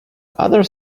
other